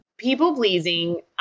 People-pleasing